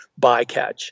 bycatch